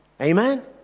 Amen